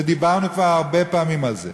דיברנו כבר הרבה פעמים על זה.